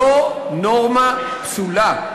זו נורמה פסולה.